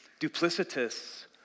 Duplicitous